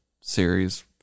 series